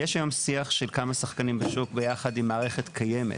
יש היום שיח של כמה שחקנים בשוק ביחד עם מערכת קיימת.